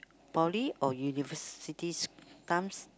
poly or universities times